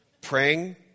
Praying